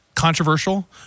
controversial